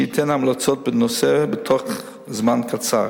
שייתן המלצות בנושא בתוך זמן קצר.